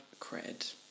cred